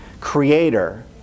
Creator